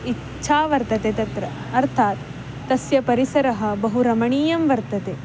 इच्छा वर्तते तत्र अर्थात् तस्य परिसरः बहु रमणीयः वर्तते